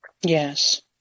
Yes